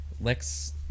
Lex